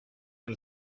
and